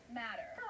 matter